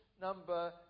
number